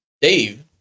Dave